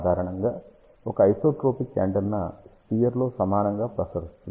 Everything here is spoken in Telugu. సాధారణంగా ఒక ఐసోట్రోపిక్ యాంటెన్నా స్పియర్ లో సమానంగా ప్రసరిస్తుంది